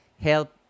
help